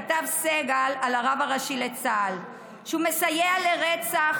כתב סגל על הרב הראשי לצה"ל שהוא מסייע לרצח,